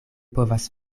povas